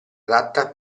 adatta